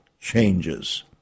changes